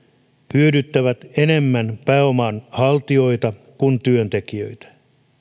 hyödyttävät enemmän pääoman haltijoita kuin työntekijöitä